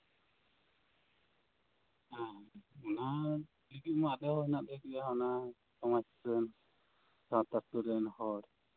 ᱦᱮᱸ ᱚᱱᱟ ᱞᱟᱹᱜᱤᱫ ᱢᱟ ᱟᱞᱮ ᱦᱮᱱᱟᱜ ᱞᱮᱭᱟ ᱥᱚᱢᱟᱡ ᱥᱩᱥᱟᱹᱨ ᱥᱟᱶᱛᱟ ᱥᱩᱥᱟᱹᱨ ᱨᱮᱱ ᱦᱚᱲ